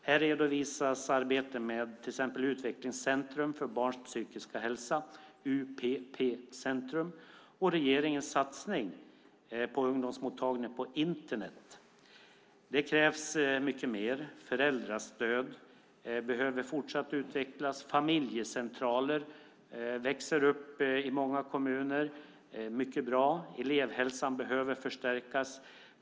Här redovisas ett arbete med till exempel Utvecklingscentrum för barns psykiska hälsa, UPP-centrum, och regeringens satsning på en ungdomsmottagning på Internet. Det krävs mycket mer. Föräldrastödet behöver utvecklas. Familjecentraler växer upp i många kommuner. Det är mycket bra. Elevhälsan behöver förstärkas.